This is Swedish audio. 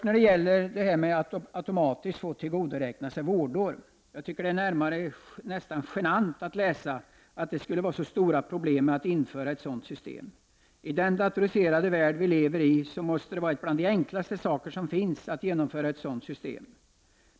När det gäller att automatiskt få tillgodoräkna sig vårdår tycker jag att det är nästan genant att läsa att det skulle vara så stora problem att införa ett sådant system. I den datoriserade värld som vi lever i måste det vara en av de enklaste saker som finns att genomföra ett sådant system.